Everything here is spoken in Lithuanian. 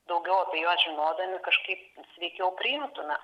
daugiau apie juos žinodami kažkaip sveikiau priimtume